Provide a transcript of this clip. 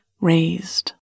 raised